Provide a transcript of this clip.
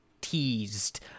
teased